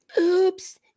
Oops